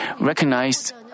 recognized